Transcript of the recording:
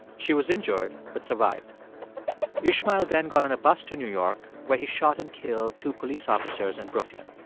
she was injured but survived ishmael then got on a bus to new york, where he shot and killed two police officers in brooklyn.